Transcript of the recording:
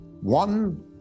One